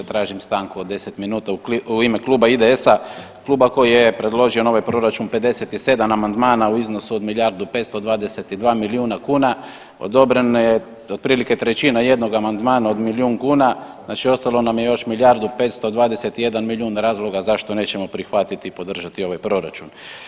Tražim stanku od 10 minuta u ime Kluba IDS-a, kluba koji je predložio na ovaj proračun 57 amandmana u iznosu od milijardu 522 milijuna kuna, odobreno je otprilike trećina jednog amandmana od milijun kuna, znači ostalo nam je još milijardu 521 milijun razloga zašto nećemo prihvatiti i podržati ovaj proračun.